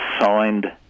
signed